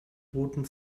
roten